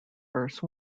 verse